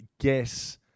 guess